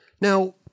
Now